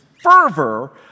fervor